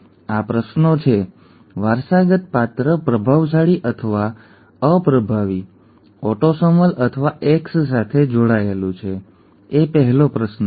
આ પ્રશ્નો છે વારસાગત પાત્ર પ્રભાવશાળી અથવા અપ્રભાવી ઓટોસોમલ અથવા એક્સ જોડાયેલું છે એ પહેલો પ્રશ્ન છે